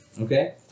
okay